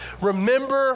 Remember